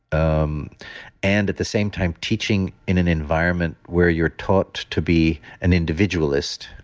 um and at the same time teaching in an environment where you're taught to be an individualist,